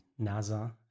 NASA